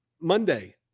monday